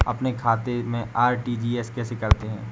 अपने खाते से आर.टी.जी.एस कैसे करते हैं?